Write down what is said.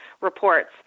reports